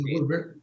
right